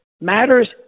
matters